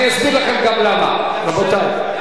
רבותי,